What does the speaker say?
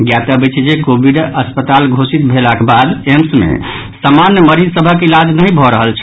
ज्ञातव्य अछि जे कोविड अस्पताल घोषित भेलाक बाद एम्स मे सामान्य मरीज सभक इलाज नहि भऽ रहल छल